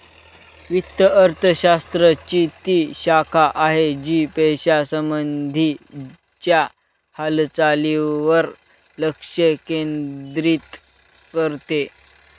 वित्त अर्थशास्त्र ची ती शाखा आहे, जी पैशासंबंधी च्या हालचालींवर लक्ष केंद्रित करते